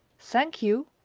thank you,